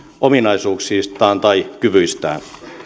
ominaisuuksistaan tai kyvyistään